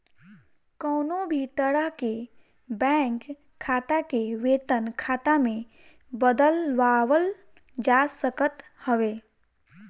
कवनो भी तरह के बैंक खाता के वेतन खाता में बदलवावल जा सकत हवे